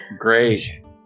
Great